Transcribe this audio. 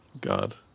God